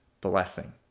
blessing